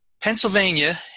Pennsylvania